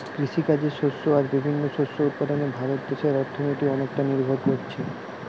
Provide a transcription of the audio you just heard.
কৃষিকাজের শস্য আর বিভিন্ন শস্য উৎপাদনে ভারত দেশের অর্থনীতি অনেকটা নির্ভর কোরছে